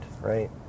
Right